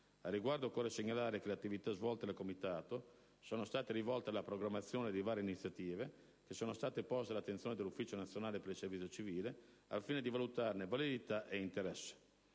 Al riguardo, occorre segnalare che le attività svolte dal Comitato sono state rivolte alla programmazione di varie iniziative, che sono state poste all'attenzione dell'Ufficio nazionale per il servizio civile al fine di valutarne la validità e l'interesse.